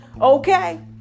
okay